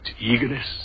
eagerness